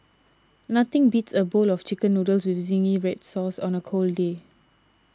nothing beats a bowl of Chicken Noodles with Zingy Red Sauce on a cold day